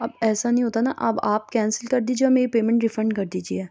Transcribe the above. اب ایسا نہیں ہوتا نا اب آپ کینسل کردیجیے اور میری پیمینٹ ریفنڈ کر دیجیے